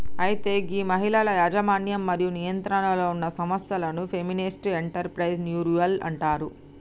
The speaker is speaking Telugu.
అయితే గీ మహిళల యజమన్యం మరియు నియంత్రణలో ఉన్న సంస్థలను ఫెమినిస్ట్ ఎంటర్ప్రెన్యూరిల్ అంటారు